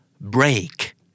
break